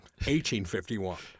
1851